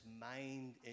mind